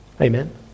amen